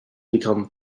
become